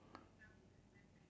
second one